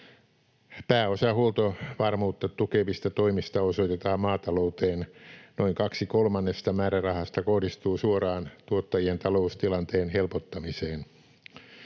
Pääosa huoltovarmuutta tukevista toimista osoitetaan maatalouteen. Noin kaksi kolmannesta määrärahasta kohdistuu suoraan tuottajien taloustilanteen helpottamiseen.